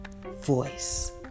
voice